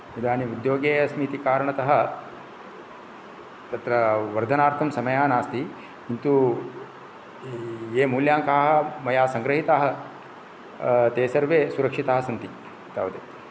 इदानीं उद्योगे अस्मि इति कारणतः तत्र वर्धनार्थं समयः नास्ति किन्तु ये मूल्याङ्काः मया संगृहिताः ते सर्वे सुरक्षिताः सन्ति तावदेव